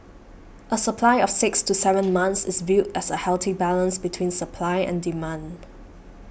a supply of six to seven months is viewed as a healthy balance between supply and demand